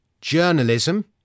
Journalism